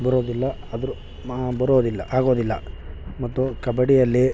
ಬರೋದಿಲ್ಲ ಆದರೂ ಬರೋದಿಲ್ಲ ಆಗೋದಿಲ್ಲ ಮತ್ತು ಕಬಡ್ಡಿಯಲ್ಲಿ